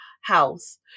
house